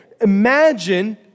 imagine